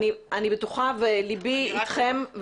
אני בטוחה ולבי אתכם.